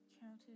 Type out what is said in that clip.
counted